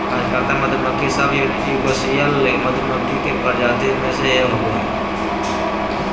कार्यकर्ता मधुमक्खी सब यूकोसियल मधुमक्खी के प्रजाति में से होबा हइ